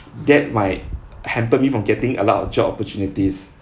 that might hampered me from getting a lot of job opportunities